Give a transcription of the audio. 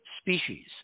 species